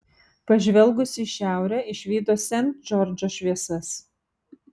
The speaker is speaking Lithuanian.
pažvelgusi į šiaurę išvydo sent džordžo šviesas